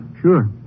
Sure